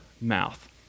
mouth